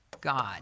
God